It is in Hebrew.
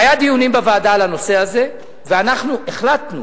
והיו דיונים בוועדה על הנושא הזה, ואנחנו החלטנו